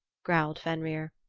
growled fenrir,